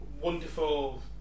wonderful